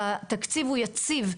והתקציב הוא יציב.